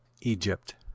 Egypt